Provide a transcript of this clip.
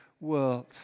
world